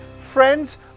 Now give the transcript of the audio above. friends